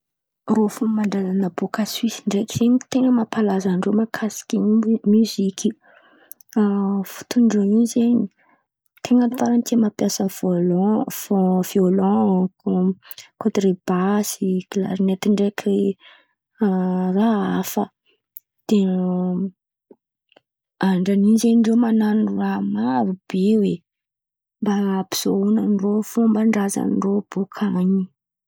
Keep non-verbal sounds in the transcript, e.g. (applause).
Irô fomban-drazan̈a boka soisy ndraiky zen̈y. Ten̈a mampalaza an-drô mahakasiky mioziky. A fôtony irô zen̈y ten̈a tany tia mampiasa vôlon vô- violon, kontra basy, kilarinety ndraiky raha hafa. De (hesitation) andran'in̈y zen̈y irô man̈ano raha marô be oe! Mba hampisehoan-dro fomban-drazan̈a ndrô boka an̈y.